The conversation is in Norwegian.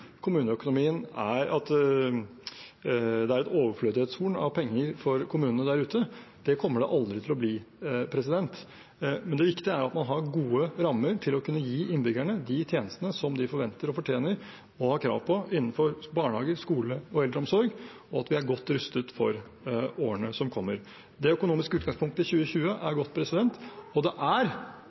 det er et overflødighetshorn av penger for kommunene der ute. Det kommer det aldri til å bli. Det viktige er at man har gode rammer for å kunne gi innbyggerne de tjenestene de forventer, fortjener og har krav på, innenfor barnehage, skole og eldreomsorg, og at vi er godt rustet for årene som kommer. Det økonomiske utgangspunktet i 2020 er godt, og det er